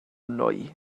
nwy